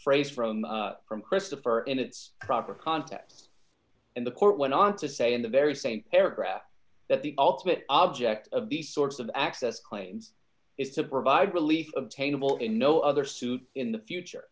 phrase from from christopher in its proper context and the court went on to say in the very same paragraph that the ultimate object of these sorts of access claims is to provide relief obtainable in no other suit in the future